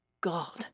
God